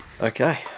Okay